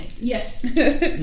yes